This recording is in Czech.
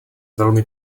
velmi